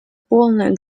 полная